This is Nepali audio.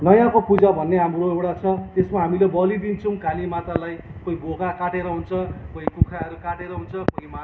नयाँको पूजा भन्ने हाम्रो एउडा छ त्यसमा हामीले बली दिन्छौँ काली मातालाई कोही बोका काटेर हुन्छ कोही कुखुराहरू काटेर हुन्छ कोही माछा